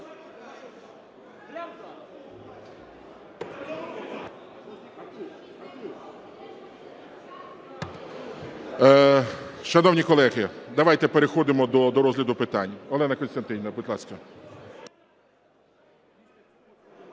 Шановні колеги, давайте переходимо до розгляду питань. Олена Костянтинівна, будь ласка.